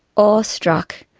awe-struck,